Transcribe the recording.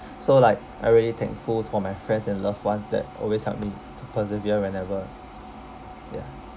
so like I really thankful for my friends and loved ones that always help me to persevere whenever ya